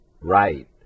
Right